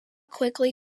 quickly